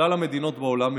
בכלל המדינות בעולם,